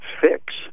fix